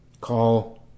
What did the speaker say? call